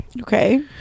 okay